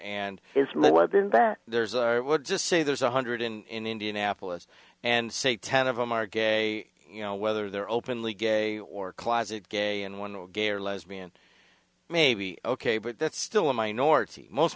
and there's i would just say there's one hundred in the indianapolis and say ten of them are gay you know whether they're openly gay or closet gay and one or gay or lesbian maybe ok but that's still a minority most